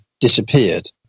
disappeared